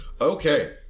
Okay